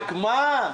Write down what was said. רק מה?